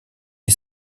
est